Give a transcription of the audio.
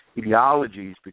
ideologies